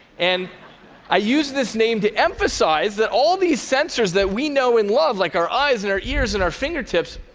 and i use this name to emphasize that all these sensors that we know and love, like our eyes and our ears and our fingertips,